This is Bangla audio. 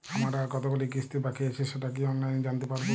আমার আর কতগুলি কিস্তি বাকী আছে সেটা কি অনলাইনে জানতে পারব?